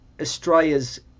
Australia's